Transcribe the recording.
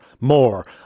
More